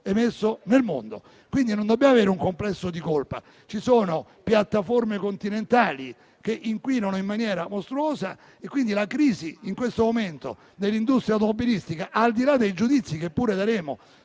emesso nel mondo. Pertanto, non dobbiamo avere un complesso di colpa. Ci sono piattaforme continentali che inquinano in maniera mostruosa. In questo momento sulla crisi dell'industria automobilistica, al di là dei giudizi, che pure daremo,